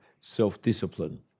self-discipline